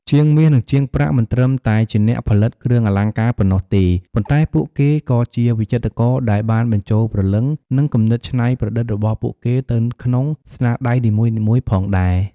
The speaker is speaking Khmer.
ជាងមាស និងជាងប្រាក់មិនត្រឹមតែជាអ្នកផលិតគ្រឿងអលង្ការប៉ុណ្ណោះទេ ប៉ុន្តែពួកគេក៏ជា វិចិត្រករ ដែលបានបញ្ចូលព្រលឹង និងគំនិតច្នៃប្រឌិតរបស់ពួកគេទៅក្នុងស្នាដៃនីមួយៗផងដែរ។